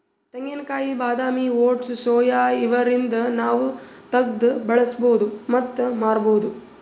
ತೆಂಗಿನಕಾಯಿ ಬಾದಾಮಿ oats soya ಇವ್ದರಿಂದ್ ನಾವ್ ತಗ್ದ್ ಬಳಸ್ಬಹುದ್ ಮತ್ತ್ ಮಾರ್ಬಹುದ್